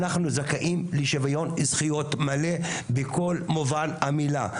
אנחנו זכאים לשוויון זכויות מלא בכל מובן המילה.